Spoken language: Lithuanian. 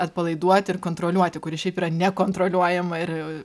atpalaiduot ir kontroliuoti kuri šiaip yra nekontroliuojama ir